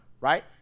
Right